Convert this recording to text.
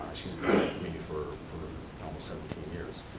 she has been with me for almost seventeen years.